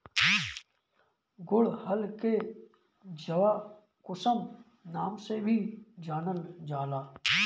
गुड़हल के जवाकुसुम नाम से भी जानल जाला